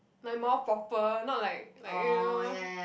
like more proper not like like you know